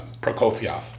Prokofiev